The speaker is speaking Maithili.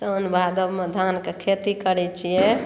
सावन भादवमे धानके खेती करै छियै